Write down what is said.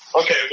Okay